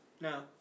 No